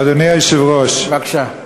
אדוני היושב-ראש, בבקשה.